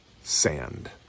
sand